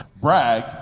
brag